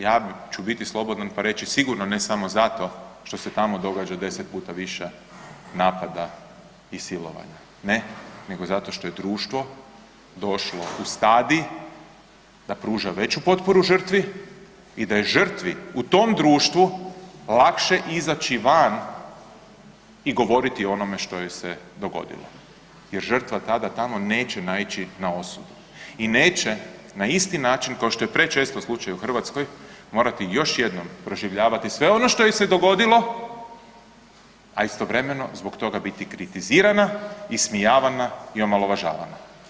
Ja ću biti slobodan pa reći sigurno ne samo zato što se tamo događa 10 puta više napada i silovanja, ne, nego zato što je društvo došlo u stadij da pruža veću potporu žrtvi i da je žrtvi u tom društvu lakše izaći van i govoriti o onome što joj se dogodilo jer žrtva tada tamo neće naići na osudu i neće na isti način kao što je prečesto slučaj u Hrvatskoj morati još jednom proživljavati sve ono što joj se dogodilo, a istovremeno zbog toga biti kritizirana, ismijavana i omalovažavana.